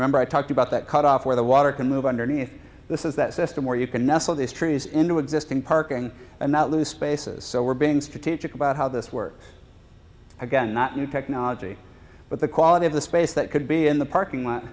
remember i talked about that cut off where the water can move underneath this is that system where you can nestle these trees into existing parking and not lose spaces so we're being strategic about how this works again not new technology but the quality of the space that could be in the parking lot